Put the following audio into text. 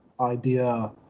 idea